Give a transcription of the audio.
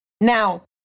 Now